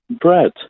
bread